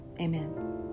Amen